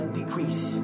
decrease